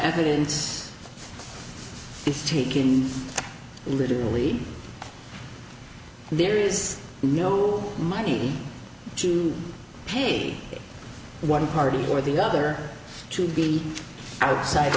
evidence fifty came literally there is no money to pay one party or the other to the outside